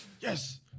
Yes